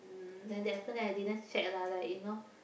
that definite I didn't check lah like you know